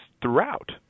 Throughout